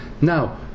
Now